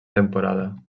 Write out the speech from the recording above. temporada